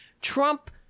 trump